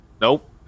Nope